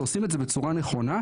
ועושים את זה בצורה נכונה,